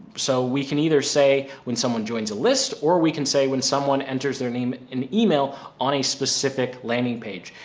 so we can either say when someone joins a list, or we can say when someone enters their name and email on a specific landing page,